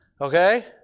okay